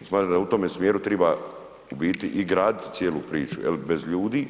U stvari u tome smjeru triba u biti i gradit cijelu priču jel bez ljudi